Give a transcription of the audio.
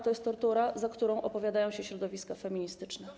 To jest tortura, za którą opowiadają się środowiska feministyczne.